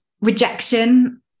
rejection